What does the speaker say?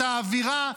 את האווירה,